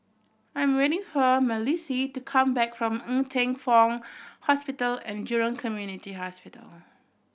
I am waiting for Malissie to come back from Ng Teng Fong Hospital And Jurong Community Hospital